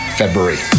february